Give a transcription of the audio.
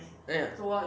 uh ya